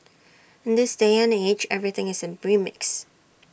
in this day and age everything is A remix